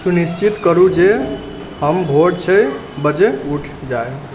सुनिश्चित करु जे हम भोर छओ बजे उठ जाइ